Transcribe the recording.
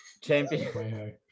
Champion